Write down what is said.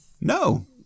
No